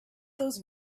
those